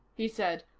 he said.